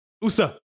USA